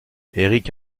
éric